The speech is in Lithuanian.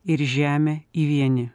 ir žemę į vienį